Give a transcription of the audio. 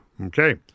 okay